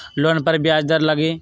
Loan पर ब्याज दर लगी?